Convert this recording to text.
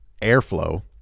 airflow